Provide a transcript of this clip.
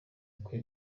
kwe